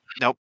Nope